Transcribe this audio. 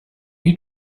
you